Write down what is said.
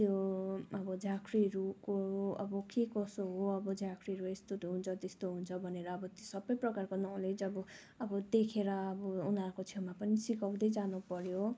त्यो अब झाँक्रीहरूको अब के कस्तो हो अब झाँक्रीहरू यस्तो हुन्छ त्यस्तो हुन्छ भनेर अब त्यो सबै प्रकारको नलेज अब देखेर अब उनीहरूको छेउमा पनि सिकाउँदै जानु पर्यो